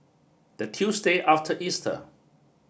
the Tuesday after Easter